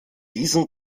diesen